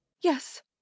Yes